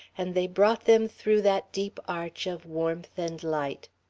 and they brought them through that deep arch of warmth and light.